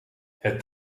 het